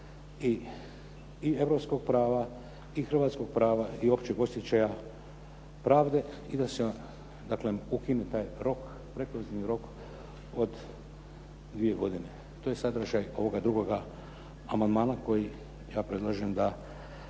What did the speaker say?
i europskog prava i hrvatskog prava i općeg osjećaja pravde i da se dakle ukine taj rok, od dvije godine To je sadržaj sada ovog drugog amandman koji ja predlažem da